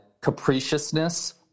capriciousness